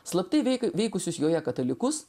slaptai veik veikusius joje katalikus